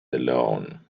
alone